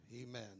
Amen